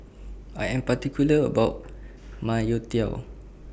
I Am particular about My Youtiao